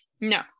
no